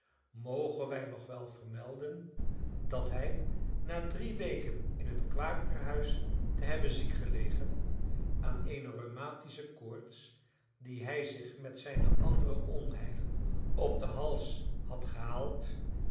mogen wij nog wel vermelden dat hij na drie weken in het kwakerhuis te hebben ziek gelegen aan eene rheumatische koorts die hij zich met zijne andere onheilen op den hals had gehaald